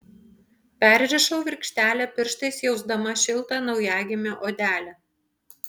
perrišau virkštelę pirštais jausdama šiltą naujagimio odelę